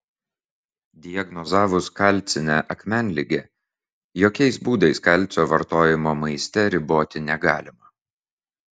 diagnozavus kalcinę akmenligę jokiais būdais kalcio vartojimo maiste riboti negalima